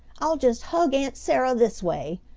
i'll just hug aunt sarah this way,